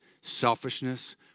selfishness